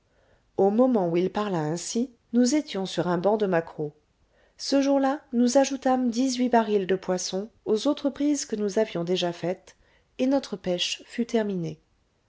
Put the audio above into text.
au moment où il parla ainsi nous étions sur un banc de maquereaux ce jour-là nous ajoutâmes dix-huit barils de poissons aux autres prises que nous avions déjà faites et notre pêche fut terminée